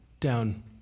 down